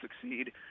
succeed